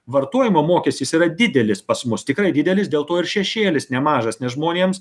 vartojimo mokestis yra didelis pas mus tikrai didelis dėl to ir šešėlis nemažas nes žmonėms